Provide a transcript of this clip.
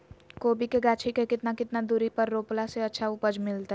कोबी के गाछी के कितना कितना दूरी पर रोपला से अच्छा उपज मिलतैय?